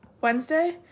Wednesday